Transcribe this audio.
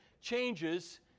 changes